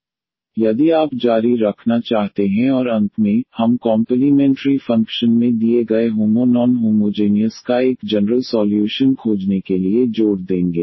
यदि आप रखना चाहते हैं और जारी रखना चाहते हैं और अंत में हम कॉम्पलीमेंट्री फ़ंक्शन में दिए गए होमो नॉन होमोजेनियस का एक जनरल सॉल्यूशन खोजने के लिए जोड़ देंगे